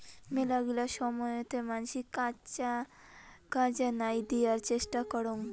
মেলাগিলা সময়তে মানসি কাজা নাই দিয়ার চেষ্টা করং